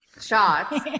shots